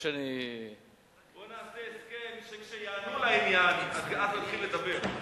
מספרת לי שאת מזכירת הכנסת, נו.